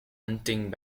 hunting